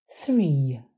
Three